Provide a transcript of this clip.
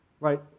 right